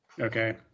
Okay